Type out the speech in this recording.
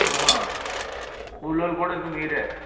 ఆహా కూలోలు కూడా ఇంక మీరే